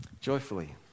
joyfully